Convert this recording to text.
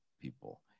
people